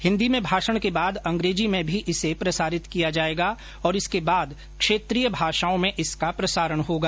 हिन्दी में भाषण के बाद अंग्रेजी में भी इसे प्रसारित किया जायेगा और इसके बाद क्षेत्रीय भाषाओं में इसका प्रसारण होगा